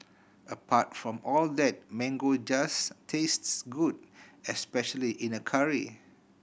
apart from all that mango just tastes good especially in a curry